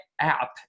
app